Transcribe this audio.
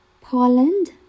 Poland